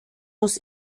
muss